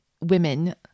women